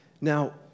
Now